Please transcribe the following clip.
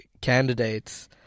candidates